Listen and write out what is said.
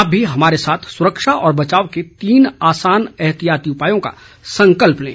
आप भी हमारे साथ सुरक्षा और बचाव के तीन आसान एहतियाती उपायों का संकल्प लें